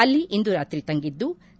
ಅಲ್ಲಿ ಇಂದು ರಾತ್ರಿ ತಂಗಿದ್ಲು